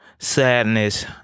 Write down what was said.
Sadness